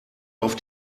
auf